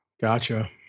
Gotcha